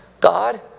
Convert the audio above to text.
God